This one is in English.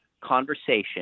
conversation